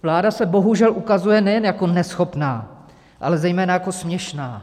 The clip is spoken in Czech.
Vláda se bohužel ukazuje nejen jako neschopná, ale zejména jako směšná.